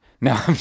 No